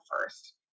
first